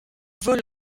vole